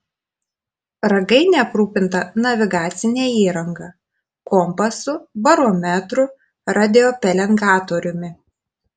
ragainė aprūpinta navigacine įranga kompasu barometru radiopelengatoriumi